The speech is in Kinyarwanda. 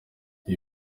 ibi